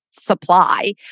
supply